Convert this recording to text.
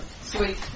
Sweet